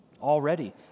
already